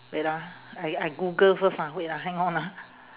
wait ah I I google first ah wait ah hang on ah